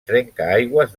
trencaaigües